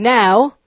now